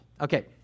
Okay